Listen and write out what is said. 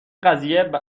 قضیه